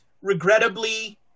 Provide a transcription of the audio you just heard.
regrettably